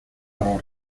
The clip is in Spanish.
los